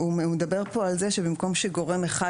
הוא מדבר פה על זה שבמקום שגורם אחד,